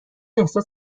احساس